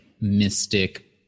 mystic